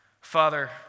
Father